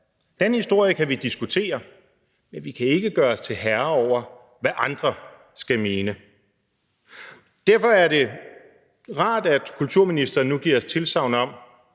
Den historie kan vi diskutere, men vi kan ikke gøre os til herre over, hvad andre skal mene. Derfor er det rart, at kulturministeren nu giver os tilsagn om,